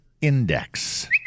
Index